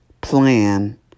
plan